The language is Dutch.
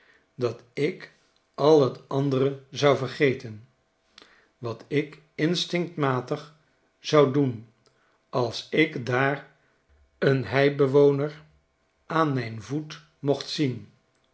dat ik al het andere zou vergeten wat ik instinctmatig zou doen als ik daar een heibewoner aan mijn voet mocht zien